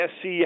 SC